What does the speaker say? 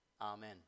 Amen